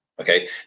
Okay